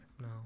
No